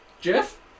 Jeff